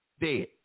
Dead